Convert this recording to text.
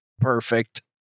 Perfect